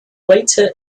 later